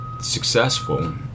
successful